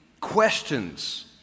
questions